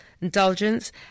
indulgence